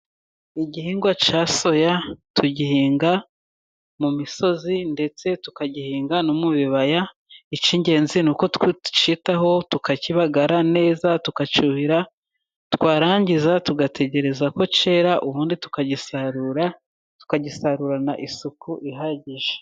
Igihingwa cya soya tugihinga mu misozi ndetse tukagihinga no mu bibaya, icy'ingenzi ni uko twacyitaho, tukakibagara neza, tukacyuhira, twarangiza tugategereza ko cyera, ubundi tukagisarura, tukagisarurana isuku ihagije.